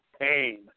pain